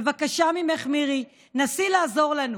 בבקשה ממך, מירי, נסי לעזור לנו.